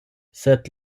sed